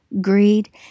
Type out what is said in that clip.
greed